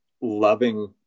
loving